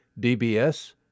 DBS